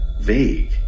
vague